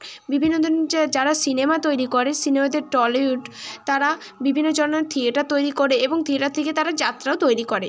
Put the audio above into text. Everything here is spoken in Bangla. বিভিন্ন ধরনের যে যারা সিনেমা তৈরি করে সিনেমাতে টলিউড তারা বিভিন্নজন থিয়েটার তৈরি করে এবং থিয়েটার থেকে তারা যাত্রাও তৈরি করে